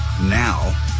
Now